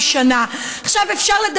אבל הפוך?